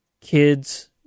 kids